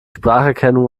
spracherkennung